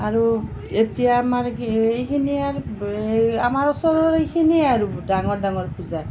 আৰু এতিয়া আমাৰ কি এইখিনিয়েই আৰু আমাৰ ওচৰৰ এইখিনিয়েই আৰু ডাঙৰ ডাঙৰ পূজা